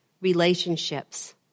relationships